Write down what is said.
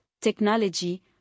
technology